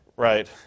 Right